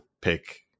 pick